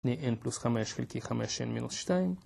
שני N פלוס חמש חלקי חמש N מינוס שתיים